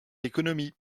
économies